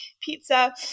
pizza